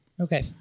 Okay